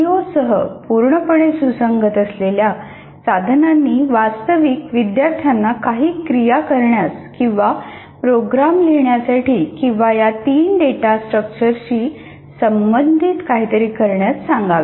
CO सह पूर्णपणे सुसंगत असलेल्या साधनांनी वास्तविक विद्यार्थ्यांना काही क्रिया करण्यास किंवा प्रोग्राम लिहिण्यासाठी किंवा या तीन डेटा स्ट्रक्चर्सशी संबंधित काहीतरी करण्यास सांगावे